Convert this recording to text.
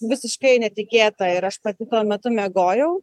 visiškai netikėta ir aš pati tuo metu miegojau